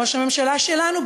ראש הממשלה שלנו,